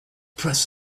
press